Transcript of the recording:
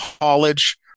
college